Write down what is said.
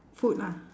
food lah